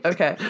Okay